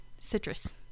citrus